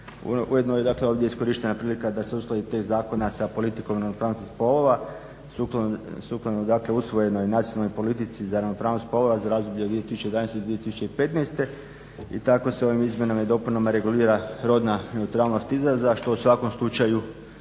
Ujedno je dakle ovdje iskorištena prilika da se uskladi tekst zakona sa politikom o ravnopravnosti spolova. Sukladno dakle usvojenoj nacionalnoj politici za ravnopravnost spolova za razdoblje 2011. do 2015.. I tako se ovim Izmjenama i dopunama regulira rodna neutralnost izraza što u svakom slučaju